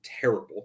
terrible